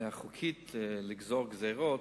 החוקית לגזור גזירות,